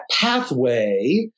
pathway